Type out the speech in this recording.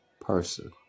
person